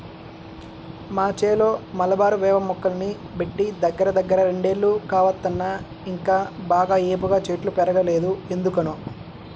మా చేలో మలబారు వేప మొక్కల్ని బెట్టి దగ్గరదగ్గర రెండేళ్లు కావత్తన్నా ఇంకా బాగా ఏపుగా చెట్లు బెరగలేదు ఎందుకనో